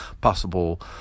possible